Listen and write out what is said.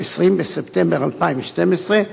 20 בספטמבר 2012,